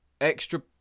Extra